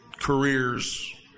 careers